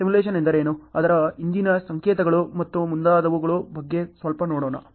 simulation ಎಂದರೇನು ಅದರ ಹಿಂದಿನ ಸಂಕೇತಗಳು ಮತ್ತು ಮುಂತಾದವುಗಳ ಬಗ್ಗೆ ಸ್ವಲ್ಪ ನೋಡೋಣ